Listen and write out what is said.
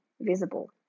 visible